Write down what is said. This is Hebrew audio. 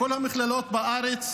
בכל המכללות בארץ,